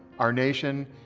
our nation,